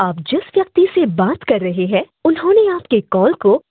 آپ جِس وِیٚکتِی سے بَات کَر رہے ہیں اُنٛہو نے آپ کی کال کو